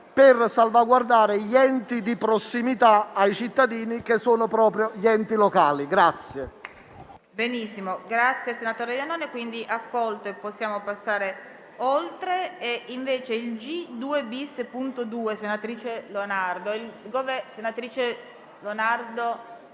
per salvaguardare gli enti di prossimità ai cittadini che sono proprio gli enti locali.